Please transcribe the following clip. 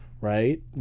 right